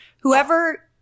whoever